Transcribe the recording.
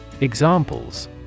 Examples